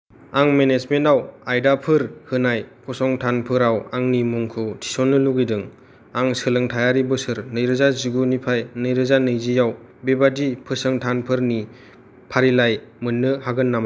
आं मेनेजमेन्टआव आयदाफोर होनाय फसंथानफोराव आंनि मुंखौ थिसननो लुगैदों आं सोलोंथायारि बोसोर नैरोजा जिगु निफाय नैरोजा नैजि आव बेबादि फसंथानफोरनि फारिलाइ मोन्नो हागोन नामा